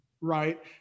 Right